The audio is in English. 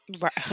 Right